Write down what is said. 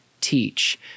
teach